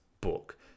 book